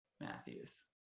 Matthews